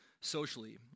Socially